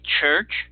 church